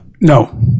No